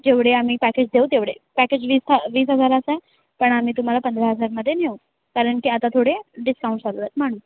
जेवढे आम्ही पॅकेज देऊ तेवढे पॅकेज वीस हा वीस हजाराचा आहे पण आम्ही तुम्हाला पंधरा हजारमध्ये नेऊ कारण की आता थोडे डिस्काउंट चालू आहेत म्हणून